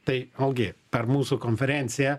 tai vėlgi per mūsų konferenciją